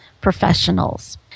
professionals